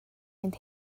mynd